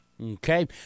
Okay